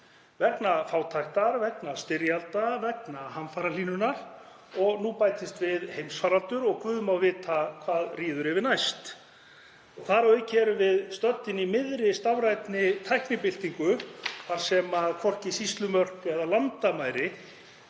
vegna fátæktar, vegna styrjalda, vegna hamfarahlýnunar, og nú bætist við heimsfaraldur og guð má vita hvað ríður yfir næst. Þar að auki erum við stödd í miðri stafrænni tæknibyltingu þar sem hvorki sýslumörk né landamæri